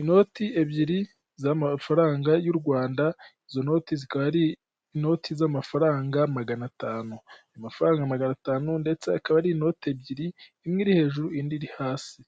Inoti ebyiri z'amafaranga y'u Rwanda, izo noti zikaba ari inoti z'amafaranga magana atanu, amafaranga magana atanu ndetse akaba ari inoti ebyiri, imwe iri hejuru indi iri hasi ,